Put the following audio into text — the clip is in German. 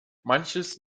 manches